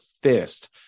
fist